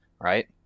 Right